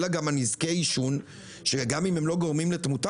אלא גם על נזקי עישון שגם אם הם לא גורמים לתמותה,